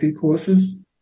courses